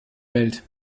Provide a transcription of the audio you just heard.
welt